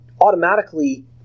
automatically